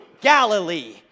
Galilee